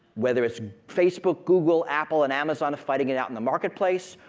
where there's facebook, google, apple and amazon fighting it out in the marketplace,